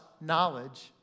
knowledge